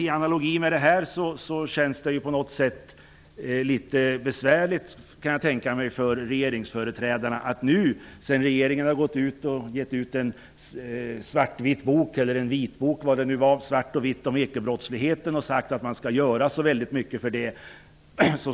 I analogi med detta kan jag tänka mig att det känns litet besvärligt för regeringsföreträdarna. Regeringen har ju nu gett ut en vitbok -- eller svartvit bok -- om ekobrottsligheten och sagt att så mycket skall göras.